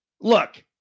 Look